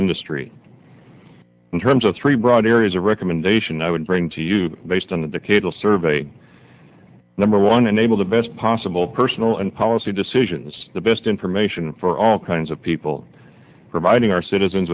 industry in terms of three broad areas a recommendation i would bring to you based on the cable survey number one unable to best possible personal and policy decisions the best information for all kinds of people providing our citizens